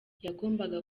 yagombaga